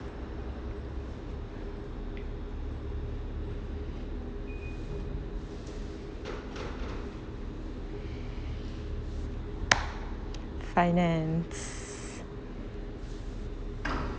finance